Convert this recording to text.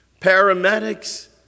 paramedics